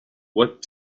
what